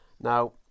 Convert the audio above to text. Now